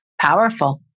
powerful